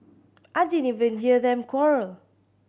I didn't even hear them quarrel